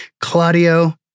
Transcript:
Claudio